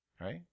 right